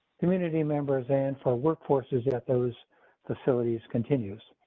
community members, and for workforces, yet those facilities continues.